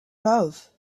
love